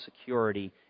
security